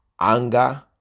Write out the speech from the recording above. anger